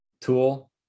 tool